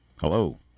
Hello